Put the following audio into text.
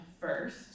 first